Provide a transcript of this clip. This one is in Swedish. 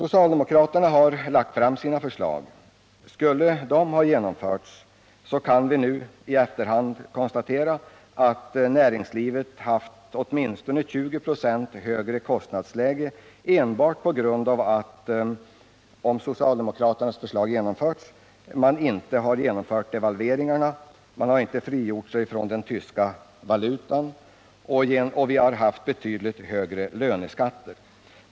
Socialdemokraterna har lagt fram sina förslag. Om dessa hade gått igenom skulle — som vi nu i efterhand kan konstatera — näringslivet ha haft åtminstone 20 96 högre kostnadsläge enbart på grund av att man inte genomfört devalveringarna och inte frigjort sig från den tyska valutan. Vi skulle dessutom ha haft betydligt högre löneskatter.